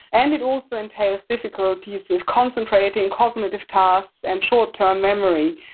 and it also entails difficulties with concentrating, cognitive tasks, and short term memory.